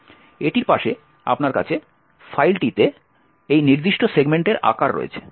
এটির পাশে আপনার কাছে ফাইলটিতে এই নির্দিষ্ট সেগমেন্টের আকার রয়েছে